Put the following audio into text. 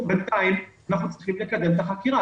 אבל בינתיים אנחנו צריכים לקדם את החקירה.